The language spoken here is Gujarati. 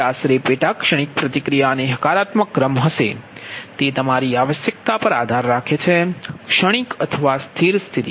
તે આશરે પેટા ક્ષણિક પ્રતિક્રિયા અને હકારાત્મક ક્રમ હશે તે તમારી આવશ્યકતા પર આધાર રાખે છે ક્ષણિક અથવા સ્થિર સ્થિતિ